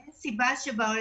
אין סיבה שבעולם,